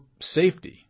safety